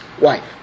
wife